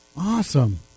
Awesome